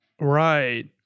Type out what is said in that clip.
Right